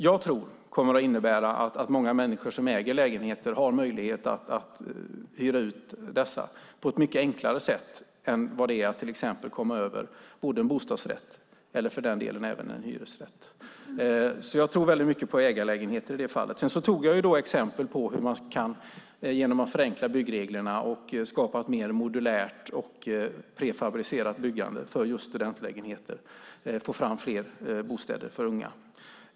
Jag tror att många människor som äger lägenheter kommer att få möjlighet att hyra ut dessa på ett enklare sätt än att komma över en bostadsrätt eller för den delen en hyresrätt. Jag tror mycket på ägarlägenheter. Jag tog upp exempel på att genom att förenkla byggreglerna och skapa mer modulärt och prefabricerat byggande för studentlägenheter få fram fler bostäder för unga.